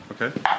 Okay